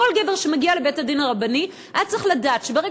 כל גבר שמגיע לבית-הדין הרבני היה צריך לדעת שברגע